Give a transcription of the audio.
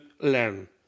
learn